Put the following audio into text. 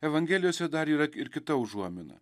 evangelijose dar yra ir kita užuomina